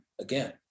again